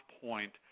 point